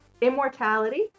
Immortality